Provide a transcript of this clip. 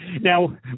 Now